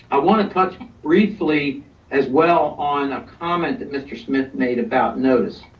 i wanna talk briefly as well on a comment that mr. smith made about notice,